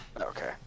Okay